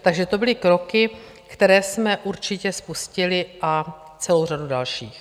Takže to byly kroky, které jsme určitě spustili, a celou řadu dalších.